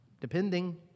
depending